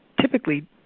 typically